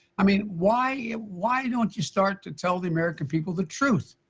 i mean, why why don't you start to tell the american people the truth?